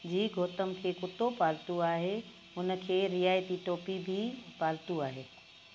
जी गौतम खे कुर्तो पातो आहे हुन खे रियाइती टोपी बि पातो आहे